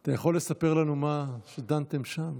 אתה יכול לספר לנו במה דנתם שם?